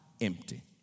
empty